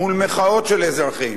מול מחאות של אזרחים,